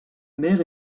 mère